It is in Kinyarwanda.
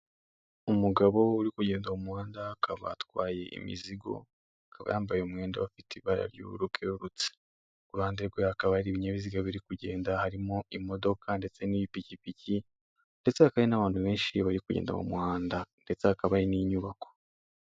Umugabo uri kugenda mu muhanda akaba atwaye imizigo, akaba yambaye umwenda ufite ibara ry'ubururu bwererutse, iruhande rwe hakaba hari ibinyabiziga biri kugenda harimo imodoka ndetse n'ipikipiki ndetse hakaba hari n'abantu benshi bari kugenda mu muhanda ndetse hakaba hari n'inyubako.